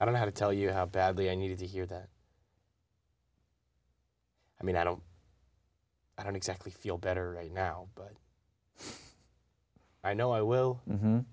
i don't know how to tell you how badly i needed to hear that i mean i don't i don't exactly feel better right now but i know i will